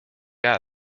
got